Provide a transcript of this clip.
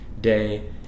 day